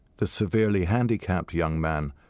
this severely handicapped young man,